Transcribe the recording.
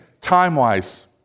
time-wise